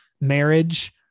Marriage